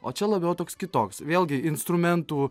o čia labiau toks kitoks vėlgi instrumentų